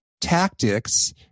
tactics